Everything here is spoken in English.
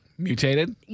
Mutated